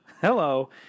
Hello